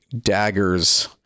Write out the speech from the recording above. daggers